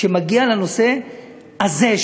כשמגיע לנושא הזה,